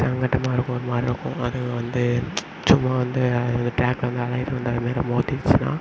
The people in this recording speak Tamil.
சங்கடமா இருக்கும் ஒருமாதிரி இருக்கும் அது வந்து சும்மா வந்து அது டிராக்கில் வந்து அலைய வந்து அது வந்து மோதிடுச்சுனா